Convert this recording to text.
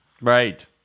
Right